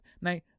Now